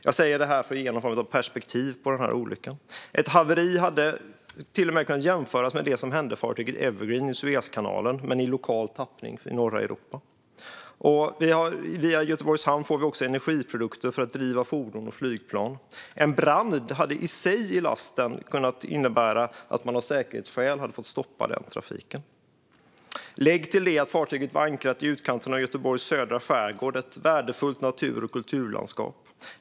Jag säger detta för att ge någon form av perspektiv på den här olyckan. Ett haveri hade till och med kunnat jämföras med det som hände fartyget Evergreen i Suezkanalen, men i lokal tappning i norra Europa. Via Göteborgs hamn får vi också energiprodukter för att driva fordon och flygplan. En brand i lasten hade kunnat innebära att man av säkerhetsskäl hade fått stoppa den trafiken. Lägg till detta att fartyget var ankrat i utkanten av Göteborgs södra skärgård, som är ett värdefullt natur och kulturlandskap.